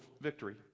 victory